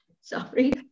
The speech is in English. Sorry